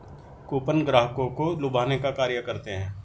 coupon ग्राहकों को लुभाने का कार्य करते हैं